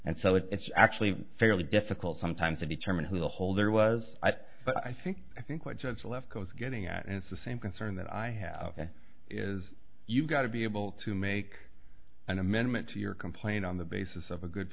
and so it's actually fairly difficult sometimes to determine who the holder was but i think i think what judge lefkow is getting at and it's the same concern that i have is you've got to be able to make an amendment to your complaint on the basis of a good